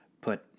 put